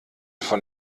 von